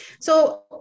So-